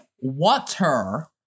water